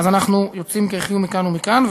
אז אנחנו יוצאים קירחים מכאן ומכאן,